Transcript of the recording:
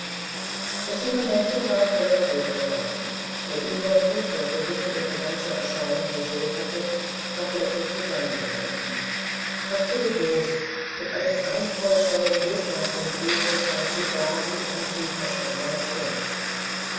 das junge mädchen war feuerrot geworden der uebermut der vorhin ihre ganze erscheinung beseelt hatte war kläglich zusammengesunken fast hilflos mit einem angstvoll scheuen blick nach dem briefe stand sie da wie ein tieferschrockenes kind